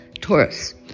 Taurus